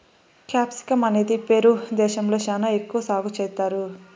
capsicum అనేది Peru దేశంలో శ్యానా ఎక్కువ సాగు చేత్తారు